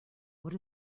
what